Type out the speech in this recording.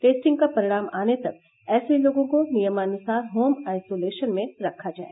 testing का परिणाम आने तक ऐसे लोगों को नियमानुसार होम हाइसोलेशन में रखा जाए